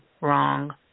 wrong